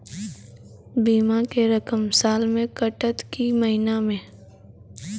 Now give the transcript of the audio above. बीमा के रकम साल मे कटत कि महीना मे?